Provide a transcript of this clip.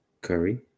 Curry